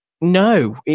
no